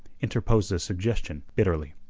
interposed a suggestion bitterly.